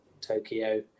tokyo